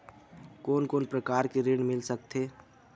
कोन कोन प्रकार के ऋण मिल सकथे?